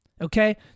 Okay